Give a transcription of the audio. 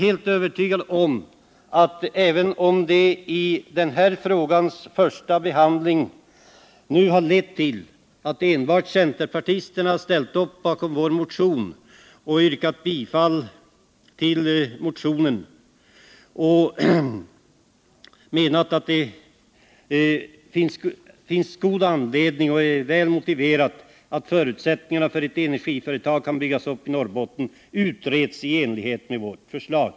I den här frågans första behandling har enbart centerpartister ställt upp bakom vår motion och menat att det är väl motiverat att utreda förutsättningarna för att bygga upp ett energiföretag i Norrbotten i enlighet med vårt förslag.